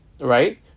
right